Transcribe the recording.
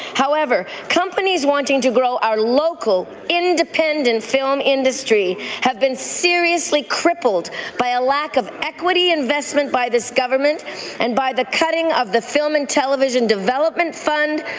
however, companies wanting to grow our local, independent film industry have been seriously crippled by a lack of equity investment by this government and by the cutting of the film and television development fund,